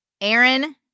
Aaron